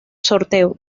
sorteo